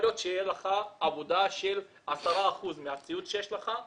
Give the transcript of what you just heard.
יכול להיות שתהיה לך עבודה שתצריך 10% מהציוד שיש לך,